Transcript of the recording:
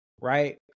right